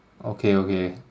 okay okay